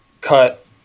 cut